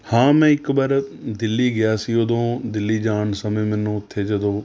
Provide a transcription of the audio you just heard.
ਹਾਂ ਮੈਂ ਇੱਕ ਵਾਰ ਦਿੱਲੀ ਗਿਆ ਸੀ ਉਦੋਂ ਦਿੱਲੀ ਜਾਣ ਸਮੇਂ ਮੈਨੂੰ ਉੱਥੇ ਜਦੋਂ